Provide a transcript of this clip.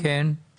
השתתפו בו